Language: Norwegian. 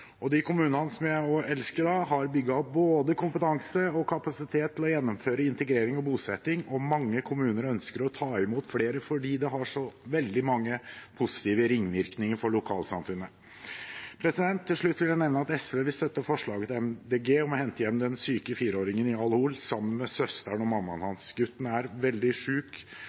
på bristepunktet. Kommunene – som jeg da elsker – har bygget opp både kompetanse og kapasitet til å gjennomføre integrering og bosetting. Og mange kommuner ønsker å ta imot flere fordi det har så veldig mange positive ringvirkninger for lokalsamfunnet. Til slutt vil jeg nevne at SV vil støtte forslaget fra Miljøpartiet De Grønne om å hente hjem den syke fireåringen i Al–Hol, sammen med søsteren og mammaen hans. Gutten er veldig